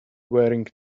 wearing